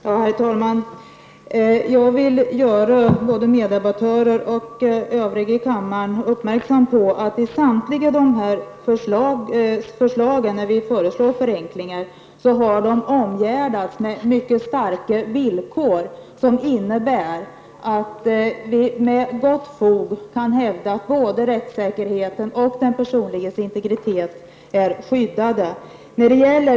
Herr talman! Jag vill göra både meddebattörerna och övriga i kammaren uppmärksamma på att i samtliga fall där vi föreslår förenklingar har dessa omgärdats med mycket starka villkor, vilket innebär att vi med gott fog kan hävda att både rättssäkerheten och den personliga integriteten skyddas.